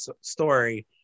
story